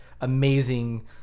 amazing